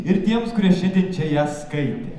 ir tiems kurie šiandien čia ją skaitė